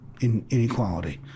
inequality